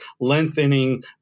lengthening